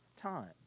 time